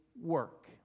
work